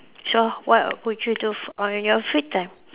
so what would you do on your free time